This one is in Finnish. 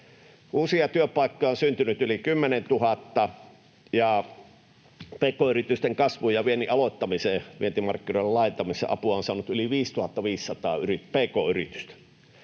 Uusia työpaikkoja on syntynyt yli 10 000, ja pk-yritysten kasvuun ja viennin aloittamiseen ja vientimarkkinoiden laajentamiseen apua on saanut yli 5 500 pk-yritystä.